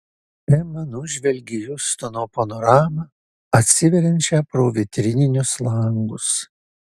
ema nužvelgė hjustono panoramą atsiveriančią pro vitrininius langus